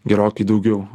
gerokai daugiau